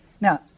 Now